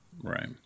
Right